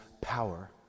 power